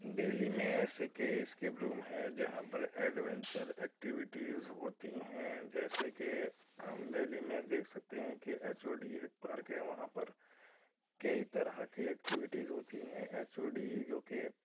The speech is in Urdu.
دہلی میں ایسے کئی اسکیپ روم ہیں جہاں پر ایڈونچر ایکٹیویٹیز ہوتی ہیں جیسے کہ ہم دہلی میں دیکھ سکتے ہیں کہ ایچ او ڈی ایک پارک ہے وہاں پر کئی طرح کے ایکٹیویٹز ہوتی ہیں ایچ او ڈی جو کہ